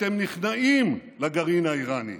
אתם נכנעים לגרעין האיראני.